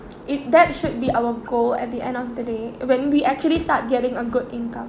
it that should be our goal at the end of the day when we actually start getting a good income